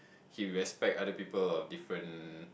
he respect other people of different